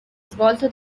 svolto